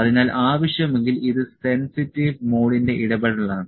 അതിനാൽ ആവശ്യമെങ്കിൽ ഇത് സെൻസിറ്റീവ് മോഡിന്റെ ഇടപെടലാണ്